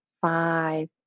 five